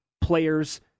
players